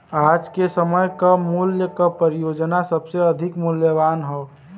आज के समय क मूल्य क परियोजना सबसे अधिक मूल्यवान हौ